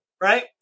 Right